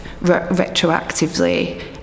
retroactively